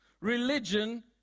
Religion